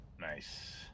Nice